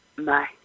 Bye